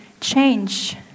Change